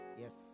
Yes